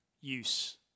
use